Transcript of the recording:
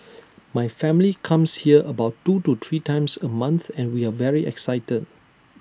my family comes here about two or three times A month and we are very excited